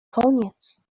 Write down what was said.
koniec